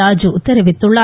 ராஜு தெரிவித்துள்ளார்